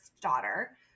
daughter